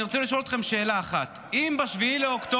אני רוצה לשאול אתכם שאלה אחת: אם ב-7 באוקטובר